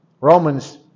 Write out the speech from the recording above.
Romans